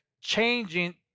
changing